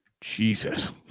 Jesus